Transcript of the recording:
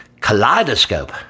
kaleidoscope